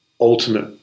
ultimate